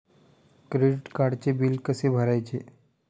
Credit कार्डचे bill कसे भरायचे?